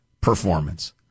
performance